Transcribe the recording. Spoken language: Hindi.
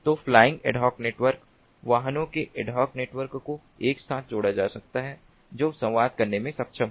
तो फ्लाइंग एड हॉक नेटवर्क वाहनों के एड हॉक नेटवर्क को एक साथ जोड़ा जा सकता है जो संवाद करने में सक्षम हो